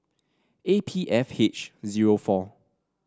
A P F H zero four